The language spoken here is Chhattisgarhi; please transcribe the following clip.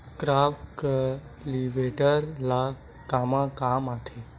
क्रॉप कल्टीवेटर ला कमा काम आथे?